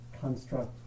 construct